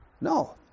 No